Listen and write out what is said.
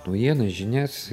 naujienas žinias